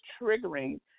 triggering